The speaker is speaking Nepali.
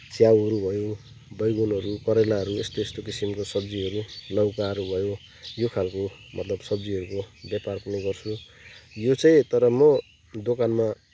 च्याउहरू भयो बैगुनहरू करेलाहरू यस्तो यस्तो किसिमको सब्जीहरू लौकाहरू भयो यो खालको मतलब सब्जीहरूको व्यापार पनि गर्छु यो चाहिँ तर म दोकानमा